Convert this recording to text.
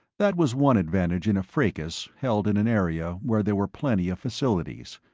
that was one advantage in a fracas held in an area where there were plenty of facilities.